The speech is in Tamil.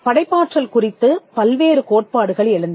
படைப்பாற்றல் குறித்துப் பல்வேறு கோட்பாடுகள் எழுந்தன